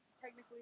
technically